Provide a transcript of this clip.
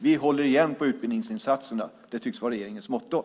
Det tycks vara regeringens motto att hålla igen på utbildningsinsatserna.